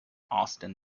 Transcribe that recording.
austin